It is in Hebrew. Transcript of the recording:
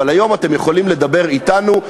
אבל היום אתם יכולים לדבר אתנו,